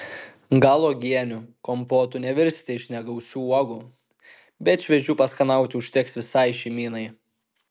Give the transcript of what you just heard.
gal uogienių kompotų nevirsite iš negausių uogų bet šviežių paskanauti užteks visai šeimynai